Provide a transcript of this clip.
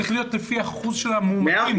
זה צריך להיות לפי אחוז המאומתים.